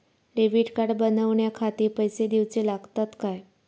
Debit card बनवण्याखाती पैसे दिऊचे लागतात काय?